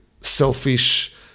selfish